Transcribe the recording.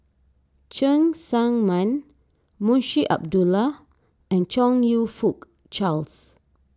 Cheng Tsang Man Munshi Abdullah and Chong You Fook Charles